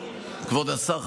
כבוד השר,